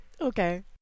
Okay